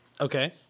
okay